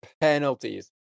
penalties